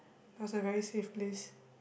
it was a very safe place